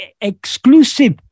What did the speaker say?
exclusive